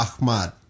Ahmad